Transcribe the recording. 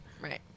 Right